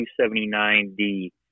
279D